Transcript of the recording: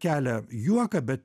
kelia juoką bet